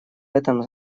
этом